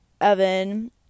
evan